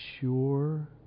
sure